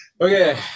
Okay